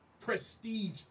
prestige